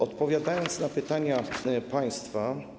Odpowiadając na pytania państwa.